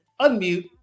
unmute